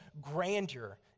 grandeur